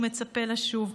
ומצפה לשוב.